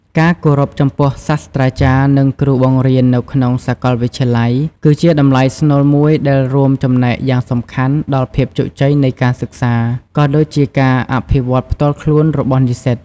ការគោរពចំពោះសាស្រ្តាចារ្យ និងគ្រូបង្រៀននៅក្នុងសាកលវិទ្យាល័យ គឺជាតម្លៃស្នូលមួយដែលរួមចំណែកយ៉ាងសំខាន់ដល់ភាពជោគជ័យនៃការសិក្សា ក៏ដូចជាការអភិវឌ្ឍផ្ទាល់ខ្លួនរបស់និស្សិត។